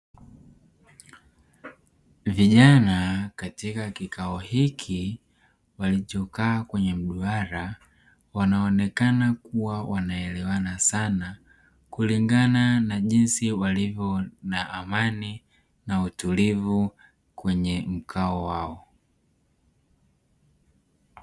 Vijana katika kikao hiki walichokaa kwenye mduara wanaonekana kuwa wanaelewana sana kulingana na jinsi walivyo na amani na utulivu kwenye mkao wao.